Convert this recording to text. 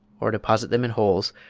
or deposit them in holes,